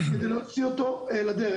כדי להוציא אותו לדרך.